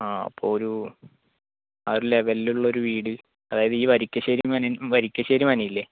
ആ ആപ്പോൾ ഒരു ആ ഒരു ലെവലിലുള്ള വീട് അതായത് ഈ വരിക്കാശ്ശേരി വരിക്കാശേരി മന ഇല്ലേ